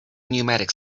pneumatic